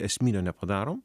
esminio nepadarom